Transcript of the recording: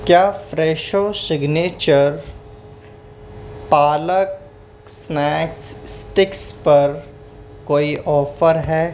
کیا Fresho signature پالک snacks sticks پر کوئی آفر ہے